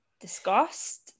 discussed